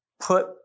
put